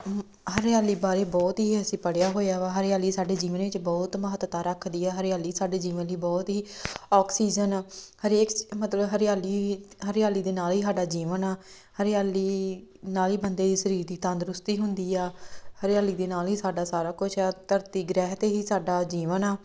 ਹਰਿਆਲੀ ਬਾਰੇ ਬਹੁਤ ਹੀ ਅਸੀਂ ਪੜ੍ਹਿਆ ਹੋਇਆ ਵਾ ਹਰਿਆਲੀ ਸਾਡੇ ਜੀਵਨ ਵਿੱਚ ਬਹੁਤ ਮਹੱਤਤਾ ਰੱਖਦੀ ਹੈ ਹਰਿਆਲੀ ਸਾਡੇ ਜੀਵਨ ਲਈ ਬਹੁਤ ਹੀ ਅੋਕਸੀਜਨ ਹਰੇਕ ਮਤਲਬ ਹਰਿਆਲੀ ਹਰਿਆਲੀ ਦੇ ਨਾਲ ਹੀ ਸਾਡਾ ਜੀਵਨ ਆ ਹਰਿਆਲੀ ਨਾਲ ਹੀ ਬੰਦੇ ਦੀ ਸਰੀਰ ਦੀ ਤੰਦਰੁਸਤੀ ਹੁੰਦੀ ਆ ਹਰਿਆਲੀ ਦੇ ਨਾਲ ਹੀ ਸਾਡਾ ਸਾਰਾ ਕੁਛ ਆ ਧਰਤੀ ਗ੍ਰਹਿ 'ਤੇ ਹੀ ਸਾਡਾ ਜੀਵਨ ਆ